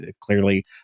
clearly